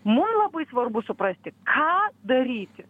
mum labai svarbu suprasti ką daryti